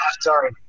sorry